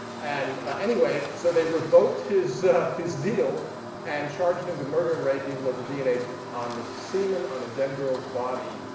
and anyway, so they revoked his his deal and charged him with murder and rape, even though the dna on the semen, on a dead girl's body,